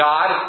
God